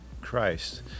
Christ